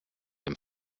dem